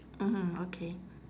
mmhmm okay